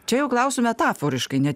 čia jau klausiu metaforiškai ne